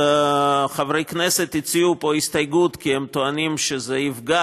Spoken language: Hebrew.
חברי כנסת הציעו פה הסתייגות כי הם טוענים שזה יפגע